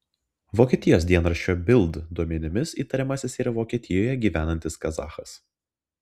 vokietijos dienraščio bild duomenimis įtariamasis yra vokietijoje gyvenantis kazachas